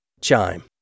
Chime